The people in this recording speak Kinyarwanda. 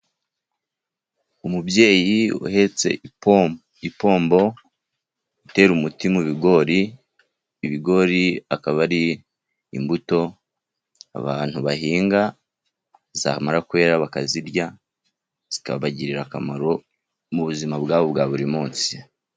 Umubyeyi uhetse ipombo itera umuti mu bigori, ibigori akaba ari imbuto abantu bahinga, zamara kwera bakazirya, zikabagirira akamaro mu buzima bwabo bwa buri munsi.